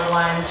one